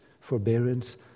forbearance